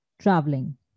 traveling